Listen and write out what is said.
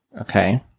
Okay